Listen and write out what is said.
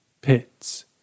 Pits